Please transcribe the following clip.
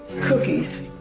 Cookies